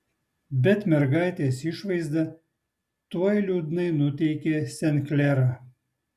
bet mergaitės išvaizda tuoj liūdnai nuteikė sen klerą